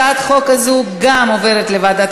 הצעת החוק הזאת גם היא עוברת לוועדת